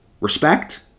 Respect